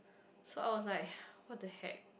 so I was like what the heck